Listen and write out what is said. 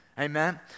Amen